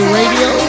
radio